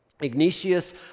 Ignatius